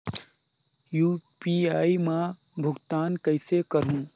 UPI मा भुगतान कइसे करहूं?